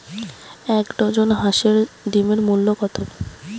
এক ডজন হাঁসের ডিমের মূল্য কত?